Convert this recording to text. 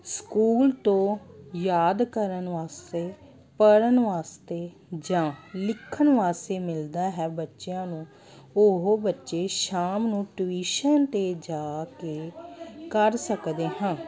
school ਤੋਂ ਯਾਦ ਕਰਨ ਵਾਸਤੇ ਪੜ੍ਹਨ ਵਾਸਤੇ ਜਾਂ ਲਿਖਣ ਵਾਸਤੇ ਮਿਲਦਾ ਹੈ ਬੱਚਿਆਂ ਨੂੰ ਉਹ ਬੱਚੇ ਸ਼ਾਮ ਨੂੰ ਟਵੀਸ਼ਨ 'ਤੇ ਜਾ ਕੇ ਕਰ ਸਕਦੇ ਹਾਂ